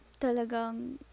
talagang